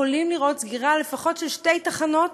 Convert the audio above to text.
יכולים לראות סגירה של לפחות שתי תחנות,